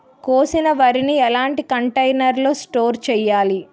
కోసిన వరిని ఎలాంటి కంటైనర్ లో స్టోర్ చెయ్యాలి?